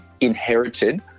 inherited